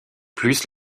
plus